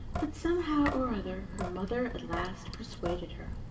but somehow or other her mother at last persuaded her,